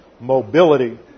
mobility